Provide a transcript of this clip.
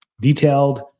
detailed